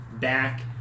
back